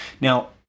Now